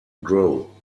grow